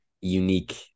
unique